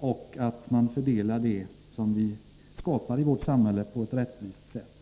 och att fördela det som vi producerar i vårt samhälle på ett rättvist sätt.